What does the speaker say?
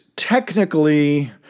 Technically